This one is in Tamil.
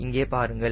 இங்கே பாருங்கள்